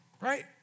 Right